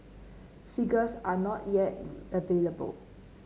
figures are not yet available